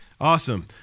Awesome